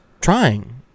trying